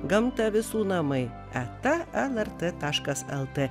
gamta visų namai eta lrt taškas el t